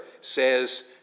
says